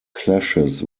clashes